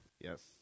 Yes